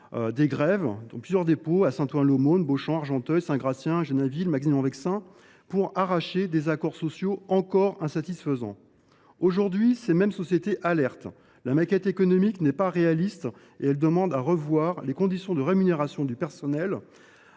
des grèves dans plusieurs dépôts – Saint Ouen l’Aumône, Beauchamp, Argenteuil, Saint Gratien, Genainville ou Magny en Vexin – pour arracher des accords sociaux encore insatisfaisants. Aujourd’hui, ces mêmes sociétés alertent : la maquette économique n’est pas réaliste. Elles demandent à revoir les conditions de rémunération du personnel